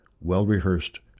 well-rehearsed